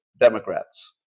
Democrats